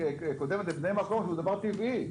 קודמת לבני מחזור, שזה דבר טבעי.